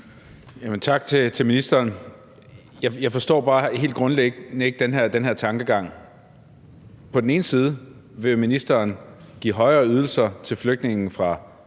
Tak til ministeren. Jeg forstår grundlæggende bare ikke den her tankegang. På den ene side vil ministeren give højere ydelser til flygtninge fra